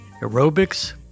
Aerobics